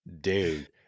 Dude